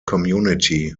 community